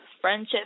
friendship